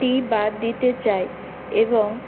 টি বাদ দিতে চাই এবং